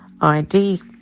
ID